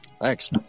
Thanks